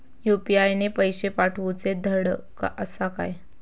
UPI ने पैशे पाठवूचे धड आसा काय?